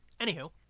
Anywho